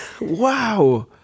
Wow